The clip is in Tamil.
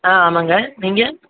ஆ ஆமாங்க நீங்கள்